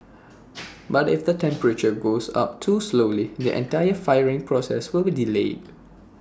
but if the temperature goes up too slowly the entire firing process will be delayed